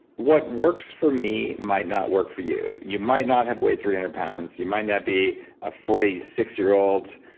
what works for me, might not work for you. you might not have weighed three hundred pounds. you might not be a forty six year old,